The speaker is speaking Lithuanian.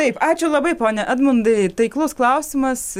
taip ačiū labai pone edmundai taiklus klausimas